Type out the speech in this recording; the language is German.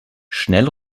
schnell